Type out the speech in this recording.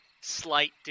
slight